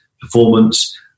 performance